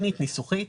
טכנית ניסוחית